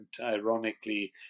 ironically